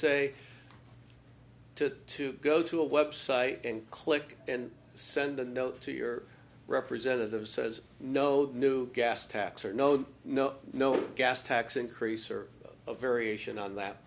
say to to go to a website and click and send a note to your representative says no new gas tax or no no no no gas tax increase or a variation on that